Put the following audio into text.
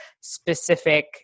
specific